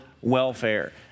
welfare